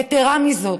יתרה מזו,